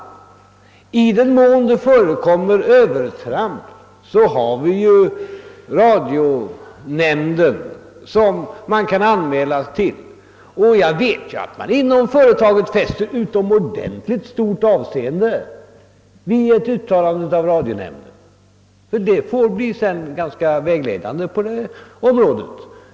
I den mån övertramp förekommer har vi radionämnden som vi kan anmäla detta för. Jag vet att man inom företaget fäster stort avseende vid ett uttalande av radionämnden och att detta sedan blir vägledande på området.